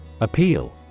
Appeal